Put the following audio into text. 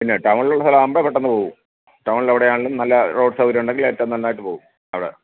പിന്നെ ടൗണിലുള്ള സ്ഥലമാവുമ്പോൾ പെട്ടെന്ന് പോവും ടൗണിൽ എവിടെ ആണെങ്കിലും നല്ല റോഡ് സൗകര്യമുണ്ടെങ്കിൽ ഏറ്റവും നന്നായിട്ട് പോവും അവിടെ